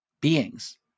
beings